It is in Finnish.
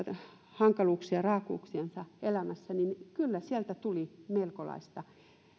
hankaluuksia ja raakuuksia elämässä niin kyllä sieltä tuli melkolaista